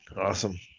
Awesome